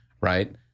right